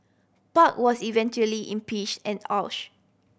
park was eventually impeach and oust